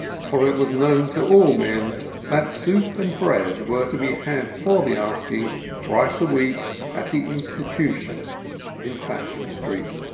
for it was known to all men that soup and bread were to be had for the asking thrice a week at the institution in fashion street,